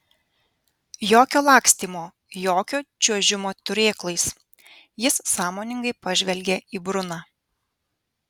jokio lakstymo jokio čiuožimo turėklais jis sąmoningai pažvelgė į bruną